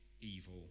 evil